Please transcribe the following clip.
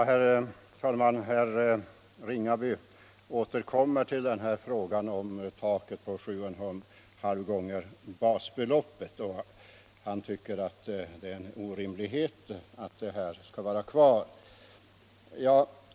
Herr talman! Herr Ringaby återkommer till frågan om taket på 7,5 gånger basbeloppet och tycker att det är en orimlighet att det skall vara kvar.